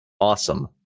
Awesome